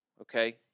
okay